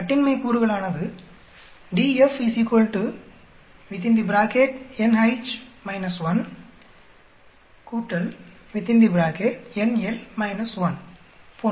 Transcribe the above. கட்டின்மை கூறுகளானது போன்று வரும்